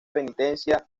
penitencia